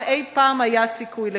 אם אי-פעם היה סיכוי לכזה.